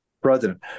president